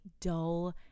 dull